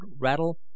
rattle